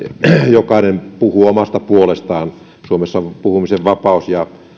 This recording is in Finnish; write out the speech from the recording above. jokainen puhuu omasta puolestaan suomessa on puhumisen vapaus ja